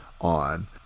on